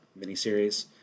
miniseries